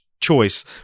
choice